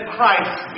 Christ